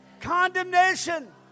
condemnation